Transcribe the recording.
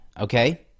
okay